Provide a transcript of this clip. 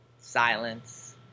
Silence